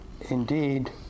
indeed